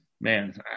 man